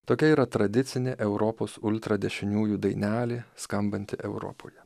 tokia yra tradicinė europos ultradešiniųjų dainelė skambanti europoje